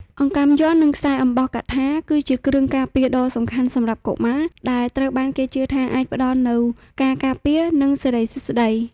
អង្កាំយ័ន្ត និង ខ្សែអំបោះកថា គឺជាគ្រឿងការពារដ៏សំខាន់សម្រាប់កុមារ ដែលត្រូវបានគេជឿថាអាចផ្តល់នូវការការពារ និងសិរីសួស្តី។